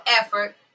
effort